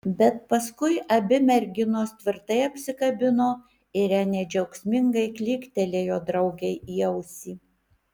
bet paskui abi merginos tvirtai apsikabino ir renė džiaugsmingai klyktelėjo draugei į ausį